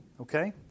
Okay